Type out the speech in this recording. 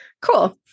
Cool